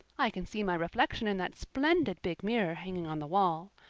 i can see my reflection in that splendid big mirror hanging on the wall.